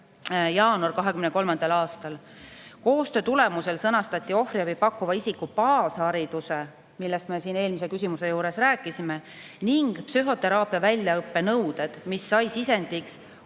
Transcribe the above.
jaanuar 2023. aastal. Koostöö tulemusel sõnastati ohvriabi pakkuva isiku baashariduse – sellest me siin eelmise küsimuse juures rääkisime – ning psühhoteraapia väljaõppe nõuded, mis said sisendiks